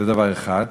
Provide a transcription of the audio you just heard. זה דבר אחד,